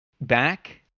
back